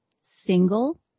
single